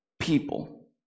people